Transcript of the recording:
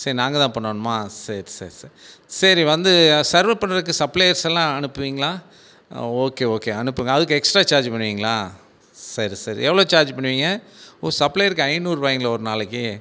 சரி நாங்கள் தான் பண்ணணுமா சரி சரி சரி சரி வந்து சர்வ் பண்ணுறதுக்கு சப்ளையர்ஸ் எல்லாம் அனுப்புவிங்களா ஓகே ஓகே அனுப்புங்க அதுக்கு எக்ஸ்ட்டா சார்ஜ் பண்ணுவிங்களா சரி சரி எவ்வளோ சார்ஜ் பண்ணுவிங்கள் ஒரு சப்ளையாருக்கு ஐநூறுபாய்ங்களா ஒரு நாளைக்கு